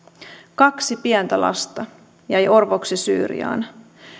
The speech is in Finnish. kaksi pientä lasta jäivät orvoiksi syyriaan